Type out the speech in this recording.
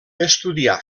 estudià